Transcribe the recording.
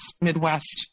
Midwest